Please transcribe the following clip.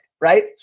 right